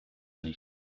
nicht